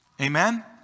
Amen